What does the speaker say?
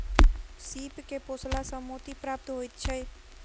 सीप के पोसला सॅ मोती प्राप्त होइत छै